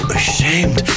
ashamed